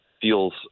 feels